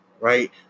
right